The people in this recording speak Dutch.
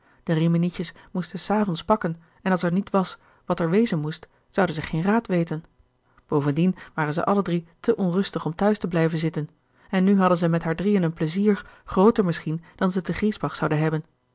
de riminietjes moesten s avonds pakken en als er gerard keller het testament van mevrouw de tonnette niet was wat er wezen moest zouden zij geen raad weten bovendien waren zij alle drie te onrustig om t huis te blijven zitten en nu hadden zij met haar drieën een pleizier grooter misschien dan zij te griesbach zouden hebben